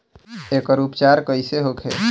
एकर उपचार कईसे होखे?